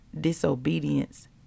disobedience